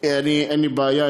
אין לי בעיה,